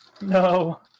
No